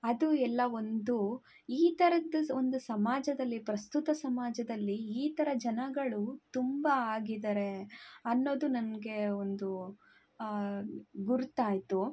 ಅದು ಎಲ್ಲ ಒಂದು ಈ ಥರದ್ ಸ್ ಒಂದು ಸಮಾಜದಲ್ಲಿ ಪ್ರಸ್ತುತ ಸಮಾಜದಲ್ಲಿ ಈ ಥರ ಜನಗಳು ತುಂಬ ಆಗಿದ್ದಾರೆ ಅನ್ನೋದು ನನಗೆ ಒಂದು ಗುರುತಾಯ್ತು